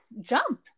jump